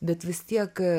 bet vis tiek